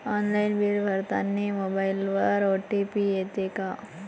Online bill भरतानी मोबाईलवर OTP येते का?